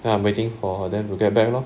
then I'm waiting for them to get back lor